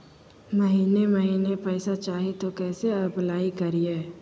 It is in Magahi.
महीने महीने पैसा चाही, तो कैसे अप्लाई करिए?